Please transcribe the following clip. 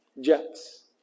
jets